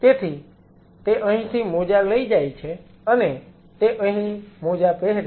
તેથી તે અહીંથી મોજા લઈ જાય છે અને તે અહીં મોજા પહેરે છે